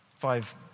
Five